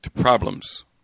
problems